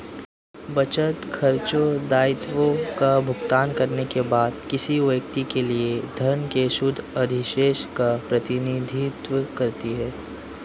बचत, खर्चों, दायित्वों का भुगतान करने के बाद किसी व्यक्ति के लिए धन के शुद्ध अधिशेष का प्रतिनिधित्व करती है